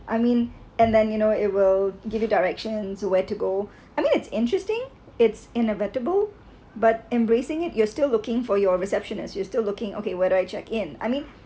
I mean and then you know it will give you directions or where to go I mean it's interesting it's inevitable but embracing it you're still looking for your reception as you are still looking okay where do I check in I mean